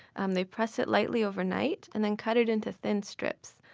um they press it lightly overnight and then cut it into thin strips.